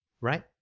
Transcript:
right